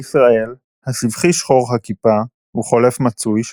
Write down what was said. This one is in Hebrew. בישראל הסבכי שחור הכיפה הוא חולף מצוי,